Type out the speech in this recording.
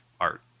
art